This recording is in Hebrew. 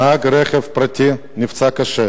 נהג רכב פרטי נפצע קשה,